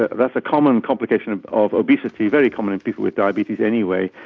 ah that's a common complication of of obesity, very common in people with diabetes anyway,